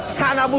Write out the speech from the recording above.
hammer